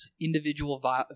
individual